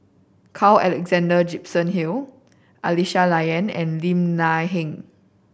Carl Alexander Gibson Hill Aisyah Lyana and Lim Nang Seng